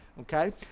Okay